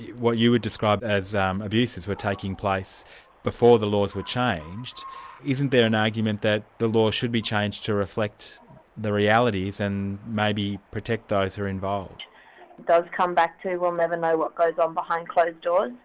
what you would describe as um abuses were taking place before the laws were changed isn't there an argument that the law should be changed to reflect the realities and maybe protect those who are involved? it does come back to we'll never know what goes on behind closed doors.